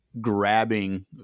grabbing